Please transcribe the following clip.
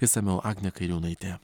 išsamiau agnė kairiūnaitė